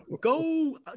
go